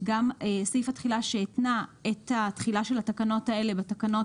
סעיף התחילה שהתנה את התחילה של התקנות האלה בתקנות